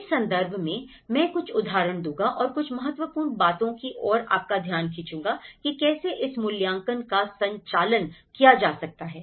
इस संदर्भ में मैं कुछ उदाहरण दूंगा और कुछ महत्वपूर्ण बातें की ओर आपका ध्यान खींचूंगा कि कैसे इस मूल्यांकन का संचालन किया जा सकता है